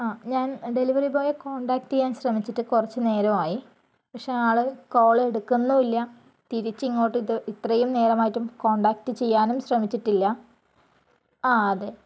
ആ ഞാൻ ഡെലിവറി ബോയിയെ കോണ്ടാക്ട് ചെയ്യാൻ ശ്രമിച്ചിട്ട് കുറച്ച് നേരമായി പക്ഷെ ആൾ കോൾ എടുക്കുന്നും ഇല്ല തിരിച്ചിങ്ങോട്ട് ഇതു ഇത്രയും നേരമായിട്ടും കോണ്ടാക്ട് ചെയ്യാനും ശ്രമിച്ചിട്ടില്ല ആ അതെ